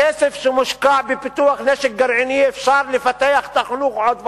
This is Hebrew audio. בכסף שמושקע בפיתוח נשק גרעיני אפשר לפתח את החינוך עוד ועוד.